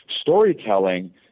storytelling